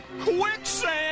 quicksand